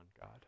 God